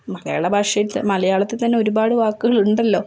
മലയാള ഭാഷയിലത്തെ മലയാളത്തിൽ തന്നെ ഒരുപാട് വാക്കുകൾ ഉണ്ടല്ലോ